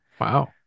Wow